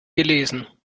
gelesen